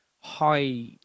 high